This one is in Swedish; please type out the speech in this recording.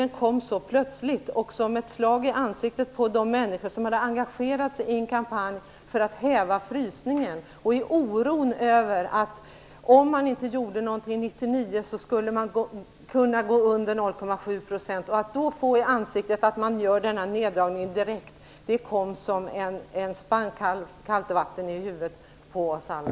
Den kom så plötsligt och som ett slag i ansiktet på de människor som hade engagerat sig i en kampanj för att häva frysningen i oron över att om man inte gjorde något 1999 så skulle man kunna hamna under 0,7 %. Att då få i ansiktet att man gör denna neddragning direkt kom som en spann kallt vatten i huvudet på oss alla.